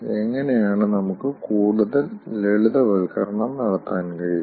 എങ്ങനെയാണ് നമുക്ക് കൂടുതൽ ലളിതവൽക്കരണം നടത്താൻ കഴിയുക